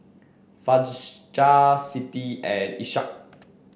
Siti and Ishak